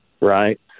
right